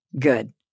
Good